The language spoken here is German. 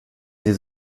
sie